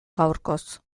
gaurkoz